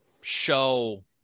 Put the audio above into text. show